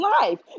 life